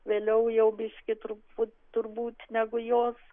vėliau jau biškį truputį turbūt negu jos